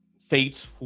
fates